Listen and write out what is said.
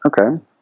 Okay